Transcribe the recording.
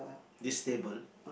this table